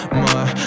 more